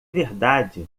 verdade